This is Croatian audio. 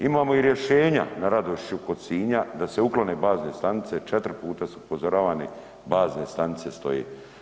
Imamo i rješenja na Radošću kod Sinja da se uklone bazne stanice, četiri puta su upozoravani, bazne stanice stoje.